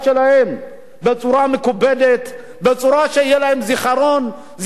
בצורה שיהיו להם זיכרונות טובים מהביקור